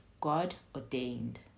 God-ordained